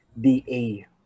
DA